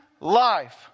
life